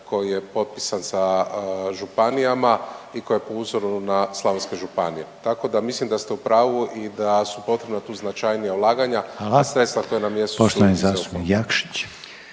koji je potpisan sa županijama i koje po uzoru na slavonske županije. Tako da mislim da ste u pravu i da su potrebna tu značajnija ulaganja …/Upadica Reiner: Hvala./…